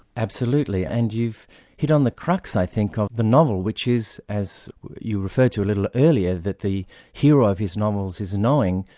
absolutely. and you've hit on the crux, i think, of the novel, which is, as you referred to a little earlier, that the hero of his novels is knowing.